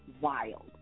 wild